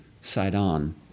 Sidon